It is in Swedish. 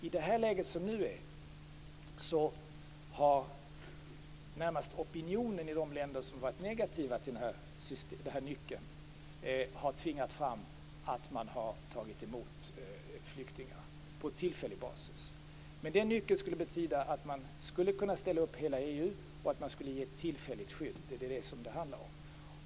I det läge som nu råder är det närmast opinionen i de länder som har varit negativa till den här nyckeln som har tvingat fram att man har tagit emot flyktingar på tillfällig basis. Denna nyckel skulle betyda att man skulle kunna ställa upp i hela EU och att man skulle ge tillfälligt skydd. Det är detta det handlar om.